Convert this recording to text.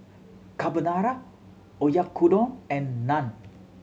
Carbonara Oyakodon and Naan